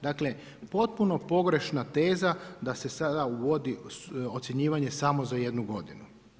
Dakle potpuno pogrešna teza da se sada uvodi ocjenjivanje samo za jednu godinu.